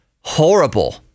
horrible